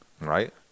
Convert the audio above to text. Right